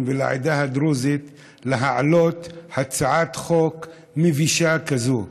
ולעדה הדרוזית להעלות הצעת חוק מבישה כזאת.